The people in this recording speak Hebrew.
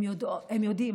הם יודעים,